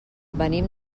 venim